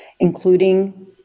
including